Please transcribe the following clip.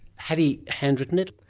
had he hand-written it?